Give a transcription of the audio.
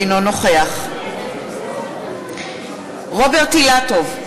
אינו נוכח רוברט אילטוב,